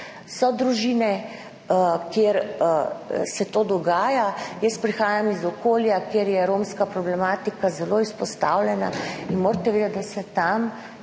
so družine, kjer se to dogaja. Sama prihajam iz okolja, kjer je romska problematika zelo izpostavljena in morate vedeti, da se tam